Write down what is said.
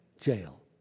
Jail